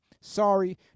sorry